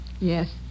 Yes